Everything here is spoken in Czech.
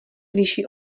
liší